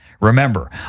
Remember